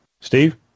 Steve